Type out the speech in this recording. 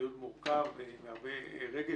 דיון מורכב עם הרבה רגש.